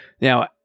Now